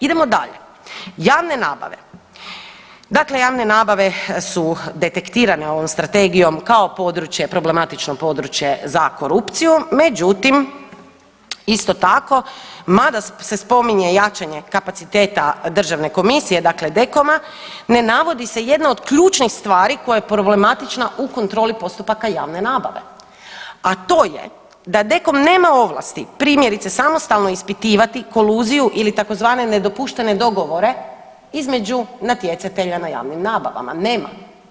Idemo dalje, javne nabave, dakle javne nabave su detektirane ovom strategijom kao područje, problematično područje za korupciju, međutim isto tako mada se spominje jačanje kapaciteta državne komisije dakle DKOM-a ne navodi se jedna od ključnih stvari koja je problematične u kontroli postupaka javne nabave, a to je da DKOM nema ovlasti, primjerice samostalno ispitivati koluziju ili tzv. nedopuštene dogovore između natjecatelja na javnim nabavama, nema.